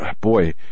boy